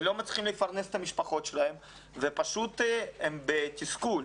ולא מצליחים לפרנס את המשפחות שלהם והם בתסכול.